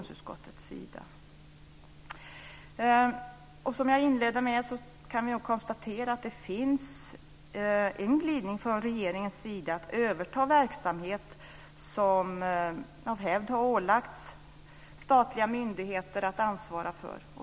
Som jag inledde med kan vi konstatera att det finns en glidning hos regeringen att överta verksamhet som av hävd har ålagts statliga myndigheter att ansvara för.